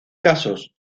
casos